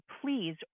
please